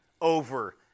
over